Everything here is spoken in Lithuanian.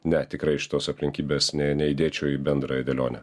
ne tikrai šitos aplinkybės ne neįdėčiau į bendrą dėlionę